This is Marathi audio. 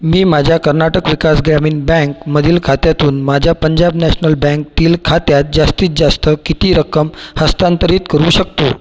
मी माझ्या कर्नाटक विकास ग्रामीण बँकमधील खात्यातून माझ्या पंजाब नॅशनल बँकतील खात्यात जास्तीत जास्त किती रक्कम हस्तांतरित करू शकतो